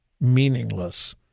meaningless